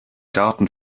garten